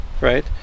right